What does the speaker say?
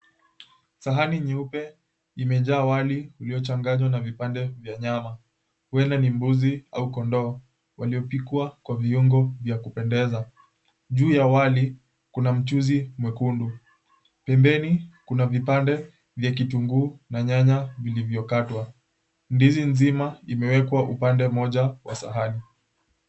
Sahani nyeupe imejaa wali uliochanganywa na vipande vya nyama huenda ni mbuzi au kondoo waliopikwa kwa viungo vya kupendeza, juu ya wali kuna mchuzi mwekundu, pembeni kuna vipande vya vitunguu na nyanya vilivyokatwa, ndizi nzima imewekwa upande mmoja wa sahani.